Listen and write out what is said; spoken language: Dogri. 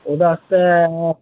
ओह्दे आस्तै